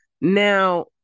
Now